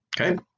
Okay